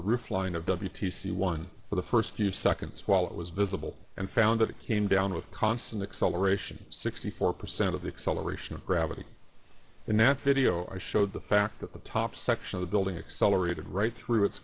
the roof line of w t c one for the first few seconds while it was visible and found that it came down with constant acceleration sixty four percent of the acceleration of gravity and that video i showed the fact that the top section of the building accelerated right through it